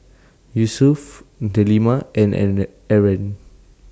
Yusuf Delima and and Aaron